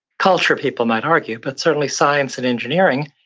culture people might argue, but certainly science and engineering,